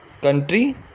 Country